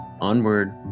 Onward